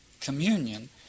communion